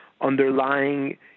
underlying